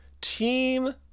Team